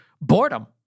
boredom